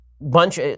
bunch